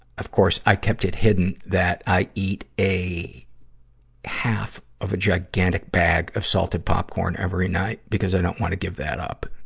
of course, i kept it hidden that i eat a half of a gigantic bag of salted popcorn every night, because i don't want to give that up.